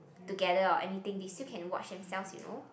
together or anything they still can watch themselves you know